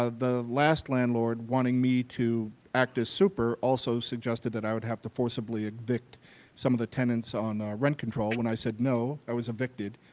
ah the last landlord, wanting me to act as super, also suggested that i would have to forcibly evict some of the tenants on rent control. when i said no, i was evicted.